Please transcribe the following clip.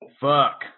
Fuck